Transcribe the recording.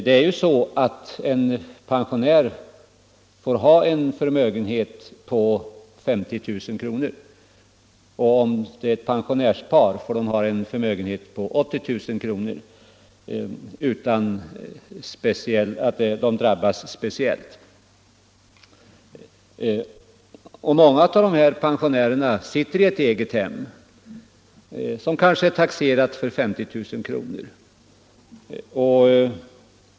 Det är ju så att en pensionär får ha en förmögenhet på 50 000 kr. och ett pensionärspar en förmögenhet på 80000 kr. utan att drabbas speciellt. Många pensionärer äger ett eget hem som kanske är taxerat för 50 000 kr.